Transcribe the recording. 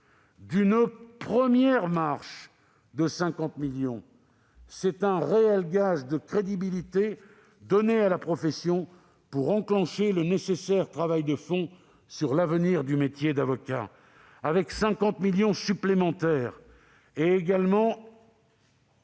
d'une première marche de 50 millions d'euros. C'est un réel gage de crédibilité donné à la profession pour enclencher le nécessaire travail de fond sur l'avenir du métier d'avocat. Avec 50 millions d'euros supplémentaires, soit